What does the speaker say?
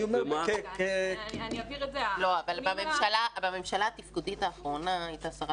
אבל בממשלה התפקודית האחרונה הייתה שרת